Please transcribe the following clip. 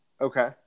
Okay